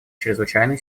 чрезвычайные